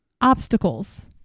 obstacles